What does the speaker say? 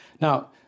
Now